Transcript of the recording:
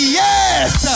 yes